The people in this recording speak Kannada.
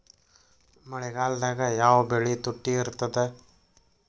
ಮಳೆಗಾಲದಾಗ ಯಾವ ಬೆಳಿ ತುಟ್ಟಿ ಇರ್ತದ?